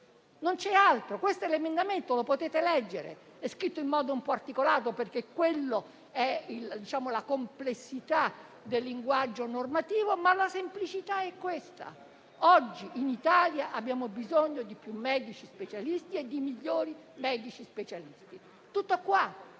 Non c'è altro. Questo è l'emendamento, lo potete leggere. È scritto in modo un po' articolato, perché quella è la complessità del linguaggio normativo, ma la semplicità è questa. Oggi in Italia abbiamo bisogno di più numerosi e migliori medici specialisti. Tutto qua.